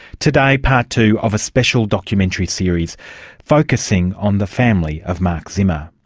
today, part two of a special documentary series focusing on the family of mark zimmer.